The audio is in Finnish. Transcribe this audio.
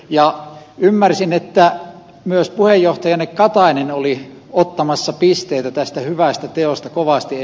ja ymmärsin että myös puheenjohtajanne katainen oli ottamassa pisteitä tästä hyvästä teosta kovasti